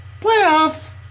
Playoffs